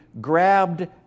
grabbed